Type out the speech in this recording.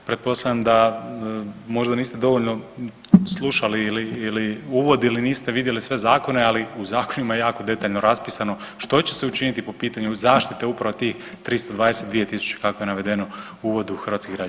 Pretpostavljam da možda niste dovoljno slušali ili uvod ili niste vidjeli sve zakone, ali u zakonima je jako detaljno raspisano što će se učiniti po pitanju zaštite upravo tih 322 tisuće, kako je navedeno u uvodu, hrvatskih građana.